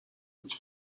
اینجا